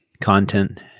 content